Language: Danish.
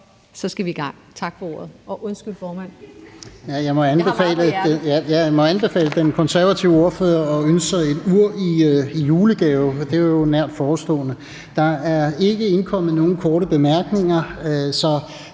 skal vi i gang.